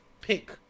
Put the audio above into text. pick